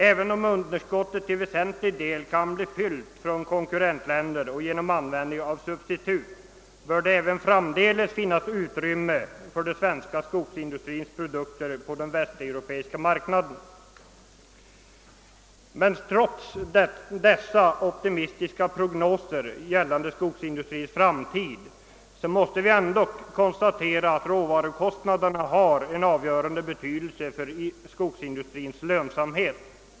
även om underskottet till väsentlig del kan bli fyllt från konkurrentländer och genom användning av substitut, bör det även framdeles finnas utrymme för den svenska skogsindustrins produkter på den västeuropeiska marknaden. Trots dessa optimistiska prognoser beträffande skogsindustrins framtid måste vi ändock konstatera att råvarukostnaderna har en avgörande betydelse för skogsindustrins lönsamhet.